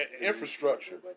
infrastructure